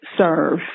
serve